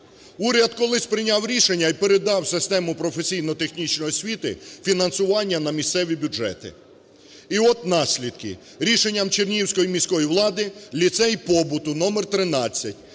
Уряд колись прийняв рішення і передав систему професійно-технічної освіти фінансування на місцеві бюджети. І от наслідки: рішенням Чернігівської міської влади ліцей побуту № 13,